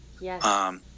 Yes